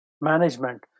management